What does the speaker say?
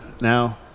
now